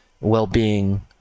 well-being